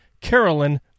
Carolyn